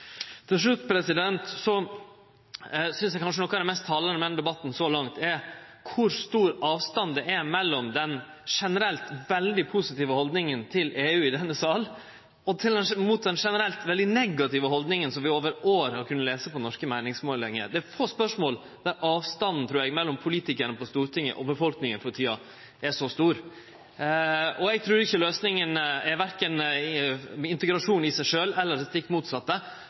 Til slutt: Eg synest at kanskje noko av det mest talande med denne debatten så langt er kor stor avstand det er mellom den generelt veldig positive haldninga til EU i denne salen og den generelt veldig negative haldninga som vi over år har kunna lese på norske meiningsmålingar. Eg trur det er få spørsmål der avstanden mellom politikarane på Stortinget og befolkninga for tida er så stor. Eg trur ikkje løysinga er verken integrasjon i seg sjølve eller det stikk motsette,